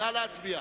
ההסתייגויות